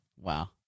Wow